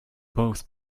both